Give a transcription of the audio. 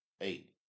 Eight